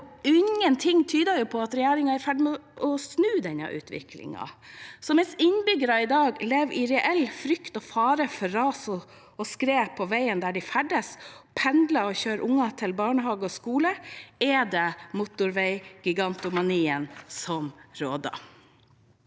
Ingenting tyder på at regjeringen er i ferd med å snu denne utviklingen, så mens innbyggere i dag lever i reell frykt og fare for ras og skred på veien der de ferdes, der de pendler og kjører unger til barnehage og skole, er det motorveigigantomanien som råder.